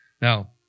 now